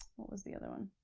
what was the other one?